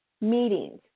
meetings